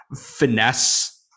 finesse